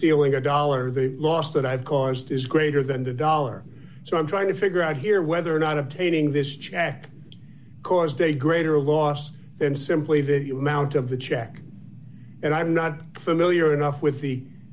stealing your dollar the loss that i've caused is greater than the dollar so i'm trying to figure out here whether or not obtaining this check caused a greater loss than simply the amount of the check and i'm not familiar enough with the